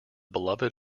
beloved